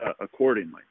accordingly